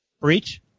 Breach